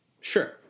Sure